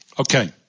Okay